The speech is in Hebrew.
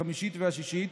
החמישית והשישית,